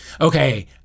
Okay